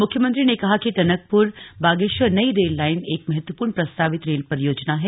मुख्यमंत्री ने कहा कि टनकपुर बागेश्वर नई रेल लाइन एक महत्वपूर्ण प्रस्तावित रेल परियोजना है